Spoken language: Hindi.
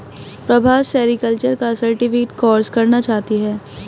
प्रभा सेरीकल्चर का सर्टिफिकेट कोर्स करना चाहती है